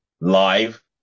live